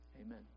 Amen